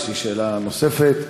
יש לי שאילתה נוספת,